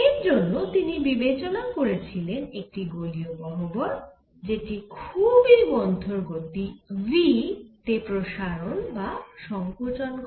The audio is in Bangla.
এর জন্য তিনি বিবেচনা করেছিলেন একটি গোলীয় গহ্বর যেটি খুবই মন্থর গতি v তে প্রসারণ বা সংকোচন করে